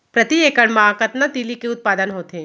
प्रति एकड़ मा कतना तिलि के उत्पादन होथे?